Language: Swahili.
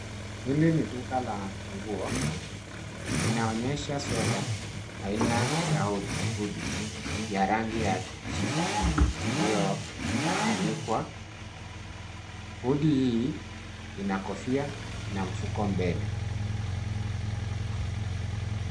Hili ni duka la nguo, inaonyesha sweta aina ya hoodie ya rangi ya kijivu iliyoanikwa. Hoodie hii ina kofia na mfuko mbele.